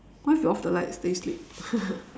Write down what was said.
what if we off the lights then you sleep